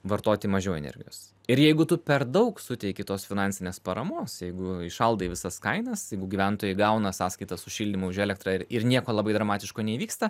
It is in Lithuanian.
vartoti mažiau energijos ir jeigu tu per daug suteiki tos finansinės paramos jeigu įšaldai visas kainas jeigu gyventojai gauna sąskaitas už šildymą už elektrą ir nieko labai dramatiško neįvyksta